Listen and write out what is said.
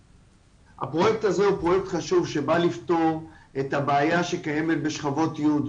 הפרויקט הזה הוא פרויקט חשוב שבא לפתור את הבעיה שקיימת בשכבות י',